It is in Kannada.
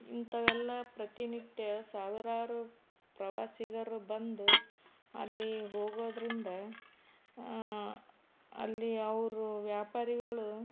ಇಂಥವೆಲ್ಲ ಪ್ರತಿನಿತ್ಯ ಸಾವಿರಾರು ಪ್ರವಾಸಿಗರು ಬಂದು ಅಲ್ಲಿ ಹೋಗೋದರಿಂದ ಅಲ್ಲಿ ಅವರು ವ್ಯಾಪಾರಿಗಳು